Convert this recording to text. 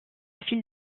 file